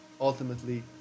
ultimately